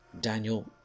daniel